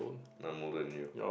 I'm more older than you